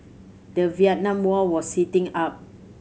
the Vietnam War was heating up